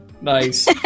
Nice